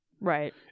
right